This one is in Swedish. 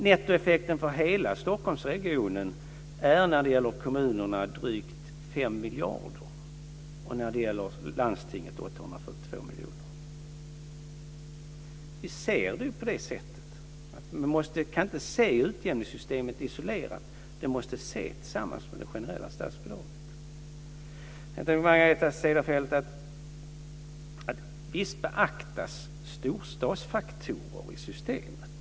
Nettoeffekten för hela Stockholmsregionen är när det gäller kommunerna drygt 5 miljarder och när det gäller landstinget 842 miljoner. Det sker ju på det sättet. Man kan inte se utjämningssystemet isolerat, utan det måste ses tillsammans med det generella statsbidraget. Till Margareta Cederfelt: Visst beaktas storstadsfaktorer i systemet.